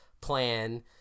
plan